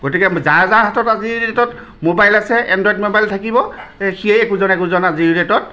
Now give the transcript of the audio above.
গতিকে যাৰ যাৰ হাতত আজিৰ ডে'টত মোবাইল আছে এনড্ৰইড মোবাইল থাকিব সিয়ে একোজন একোজন আজিৰ ডে'টত